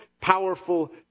powerful